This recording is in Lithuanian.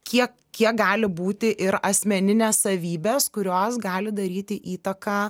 kiek kiek gali būti ir asmeninės savybės kurios gali daryti įtaką